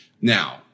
Now